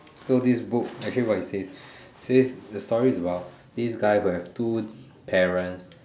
so this book actually what it says it says the story is about this guy who have two parents